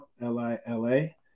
L-I-L-A